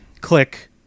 click